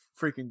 freaking